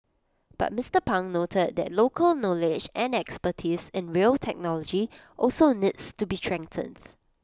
but Mister pang noted that local knowledge and expertise in rail technology also needs to be strengthened